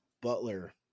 Butler